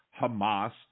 Hamas